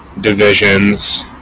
divisions